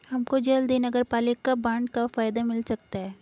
हमको जल्द ही नगरपालिका बॉन्ड का फायदा मिल सकता है